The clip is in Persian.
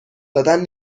دادن